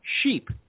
sheep